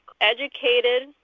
educated